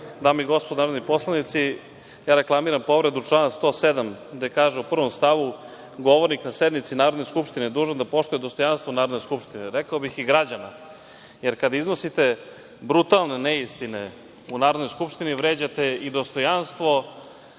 dame i gospodo narodni poslanici, reklamiram povredu člana 107. gde kaže u prvom stavu – Govornik na sednici Narodne skupštine dužan je da poštuje dostojanstvo Narodne skupštine, rekao bih građana, jer kada iznosite brutalne neistine u Narodnoj skupštini vređate i dostojanstvo